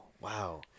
Wow